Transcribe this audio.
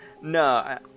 no